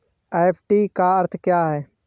FD का अर्थ क्या है?